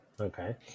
Okay